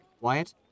Wyatt